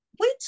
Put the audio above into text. wait